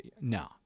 no